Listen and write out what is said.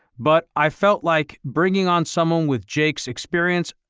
but i felt like bringing on someone with jake's experience,